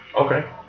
Okay